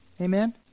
Amen